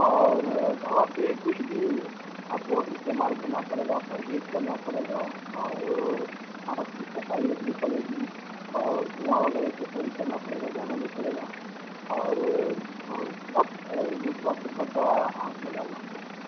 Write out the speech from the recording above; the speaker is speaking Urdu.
اور دوا سے کچھ دن آپ کو استعمال کرنا پڑے گا پرہیج کرنا پڑے گا اور آنکھ کی صفائی رکھنی پڑے گی اور دھواں وغیرہ سے پرہیج کرنا پڑے گا جانا نہیں پڑے گا اور جو وقت ہے اس وقت پر دوا آنکھ میں ڈالنا پڑے گا